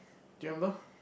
do you remember